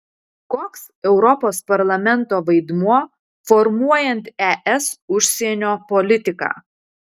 koks europos parlamento vaidmuo formuojant es užsienio politiką